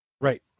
Right